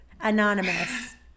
Anonymous